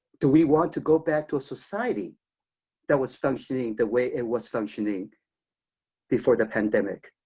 do we want to go back to a society that was functioning the way it was functioning before the pandemic?